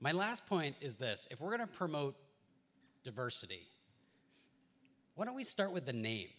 my last point is this if we're going to promote diversity why don't we start with the name